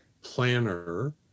planner